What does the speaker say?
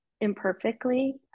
imperfectly